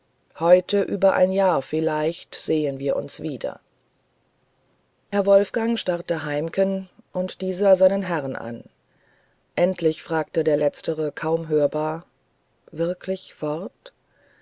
heute über ein jahr vielleicht sehen wir uns wieder herr wolfgang starrte heimken und dieser seinen herrn an endlich fragte der letztere kaum hörbar wirklich fort